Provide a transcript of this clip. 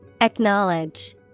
Acknowledge